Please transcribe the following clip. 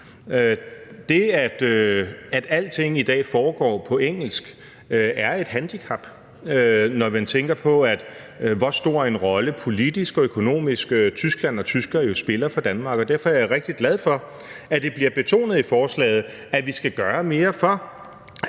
Det, at alting i dag foregår på engelsk, er et handicap, når man tænker på, hvor stor en rolle politisk og økonomisk Tyskland og tyskere jo spiller for Danmark. Derfor er jeg rigtig glad for, at det bliver betonet i forslaget, at vi skal gøre mere, for